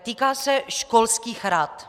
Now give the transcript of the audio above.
Týká se školských rad.